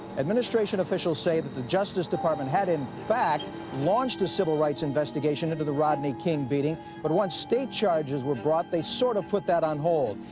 administration officials say that the justice department had in fact launched a civil rights investigation into the rodney king beating but once state charges were brought they sort of put that on hold.